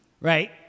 right